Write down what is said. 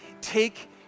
take